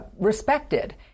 respected